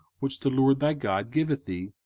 which the lord thy god giveth thee,